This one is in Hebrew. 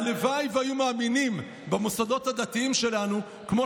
הלוואי שהיו מאמינים במוסדות הדתיים שלנו כמו